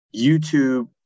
YouTube